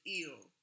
ill